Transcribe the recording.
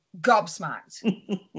gobsmacked